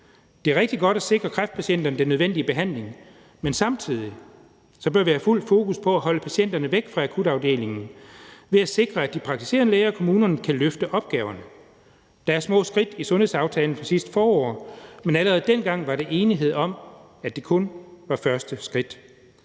Det er rigtig godt at sikre kræftpatienterne den nødvendige behandling, men samtidig bør vi have fuld fokus på at holde patienterne væk fra akutafdelingen ved at sikre, at de praktiserende læger og kommunerne kan løfte opgaverne. Der er små skridt i sundhedsaftalen fra sidste forår, men allerede dengang var der enighed om, at det kun var de første skridt.